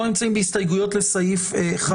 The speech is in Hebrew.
אנחנו נמצאים בהסתייגויות לסעיף 1,